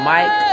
Mike